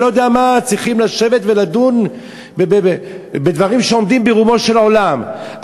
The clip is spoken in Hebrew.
צריכים לשבת ולדון בדברים שעומדים ברומו של עולם?